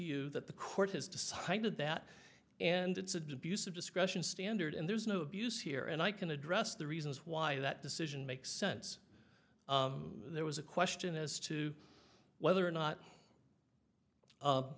you that the court has decided that and it's a dubious of discretion standard and there's no abuse here and i can address the reasons why that decision makes sense there was a question as to whether or not